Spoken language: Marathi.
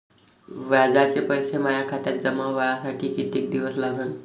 व्याजाचे पैसे माया खात्यात जमा व्हासाठी कितीक दिवस लागन?